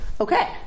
Okay